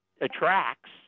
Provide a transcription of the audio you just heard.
attracts